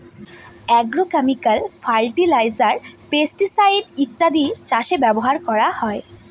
agrochemical fertiliser, pesticide ইত্যাদি চাষে ব্যবহার করা হয়